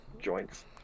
joints